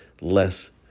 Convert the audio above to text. less